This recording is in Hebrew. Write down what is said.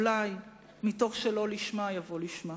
אולי מתוך שלא לשמה יבוא לשמה.